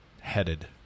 headed